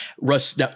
Russ